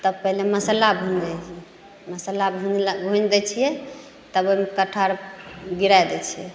तब पहिले मसल्ला भुजै हिए मसल्ला भुजला भुजि दै छिए तब ओहिमे कटहर गिरै दै छिए